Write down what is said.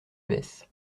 baisse